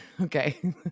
okay